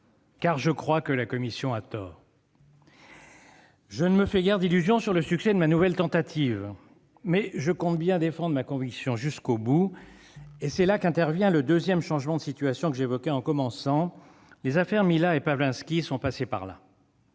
Car je crois que la commission a tort. Je ne me fais guère d'illusion sur le succès de ma nouvelle tentative, mais je compte bien défendre ma conviction jusqu'au bout, et c'est là qu'intervient le deuxième changement de situation que j'évoquais pour commencer : les affaires Mila et Pavlenski sont passées par là.